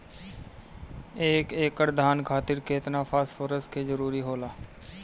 एक एकड़ धान खातीर केतना फास्फोरस के जरूरी होला?